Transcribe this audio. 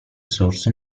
source